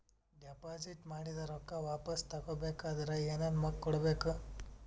Deposit ಮಾಡಿದ ರೊಕ್ಕ ವಾಪಸ್ ತಗೊಬೇಕಾದ್ರ ಏನೇನು ಕೊಡಬೇಕು?